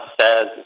says